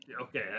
Okay